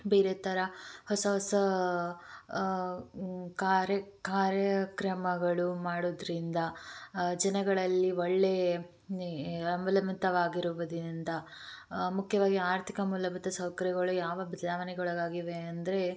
ಬೇರೆ ಥರ ಹೊಸ ಹೊಸ ಕಾರ್ಯ ಕಾರ್ಯಕ್ರಮಗಳು ಮಾಡೋದರಿಂದ ಜನಗಳಲ್ಲಿ ಒಳ್ಳೆಯ ಅವಲಂಬಿತವಾಗಿರುವುದರಿಂದ ಮುಖ್ಯವಾಗಿ ಆರ್ಥಿಕ ಮೂಲಭೂತ ಸೌಕರ್ಯಗಳು ಯಾವ ಬದಲಾವಣೆಗೊಳಗಾಗಿವೆ ಅಂದರೆ